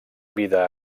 vida